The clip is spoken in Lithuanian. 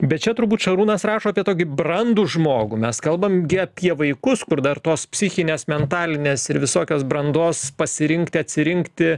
bet čia turbūt šarūnas rašo apie tokį brandų žmogų mes kalbam apie vaikus kur dar tos psichinės mentalinės ir visokios brandos pasirinkti atsirinkti